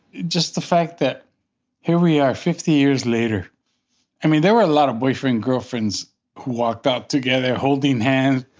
just the fact that here we are fifty years later i mean, there were a lot of boyfriend girlfriends who walked out together, holding hands.